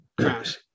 crash